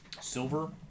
silver